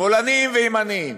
שמאלנים וימנים.